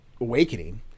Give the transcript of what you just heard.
Awakening